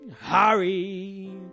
Hurry